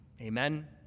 Amen